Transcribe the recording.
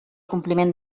compliment